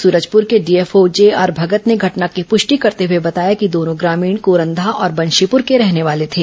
सूरजपुर के DFO JR Bhagat ने घटना की पुष्टि करर्त हुए बताया कि दोनों ग्रामीण कोरंधा और बंशीपुर के रहने वाले थे